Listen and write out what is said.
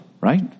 right